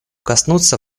коснуться